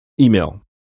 email